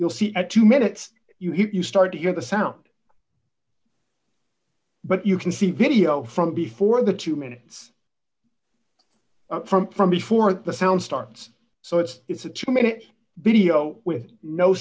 you'll see at two minutes you hit you start to hear the sound but you can see video from before the two minutes from from before the sound starts so it's it's a two minute b t o with no